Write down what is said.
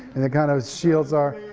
and it kind of shields our